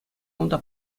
унта